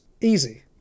easy